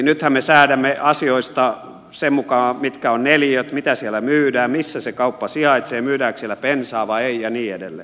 nythän me säädämme asioista sen mukaan mitkä ovat neliöt mitä siellä myydään missä se kauppa sijaitsee myydäänkö siellä bensaa vai ei ja niin edelleen